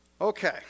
Okay